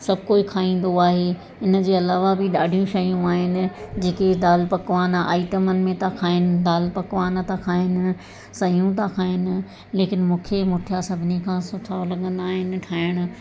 सभु कोई खाईंदो आहे इन जे अलावा बि ॾाढियूं शयूं आहिनि जेकी दाल पकवान आइटमनि में त खाइनि दाल पकवान था खाइनि सयूं त खाइनि लेकिन मूंखे मुठिया सभिनी खां सुठा लॻंदा आहिनि ठाहिणु